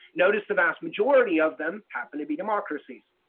notice the vast majority of them happen to be democracies.